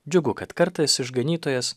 džiugu kad kartais išganytojas